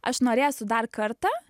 aš norėsiu dar kartą